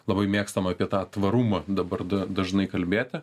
labai mėgstama apie tą tvarumą dabar da dažnai kalbėti